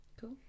Cool